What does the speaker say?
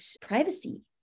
privacy